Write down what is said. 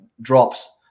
drops